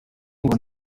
ngo